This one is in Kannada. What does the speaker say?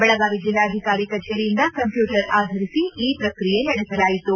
ಬೆಳಗಾವಿ ಜೆಲ್ಲಾಧಿಕಾರಿ ಕಚೇರಿಯಿಂದ ಕಂಪ್ಕೂಟರ್ ಆಧರಿಸಿ ಈ ಪ್ರಕ್ರಿಯೆ ನಡೆಸಲಾಯಿತು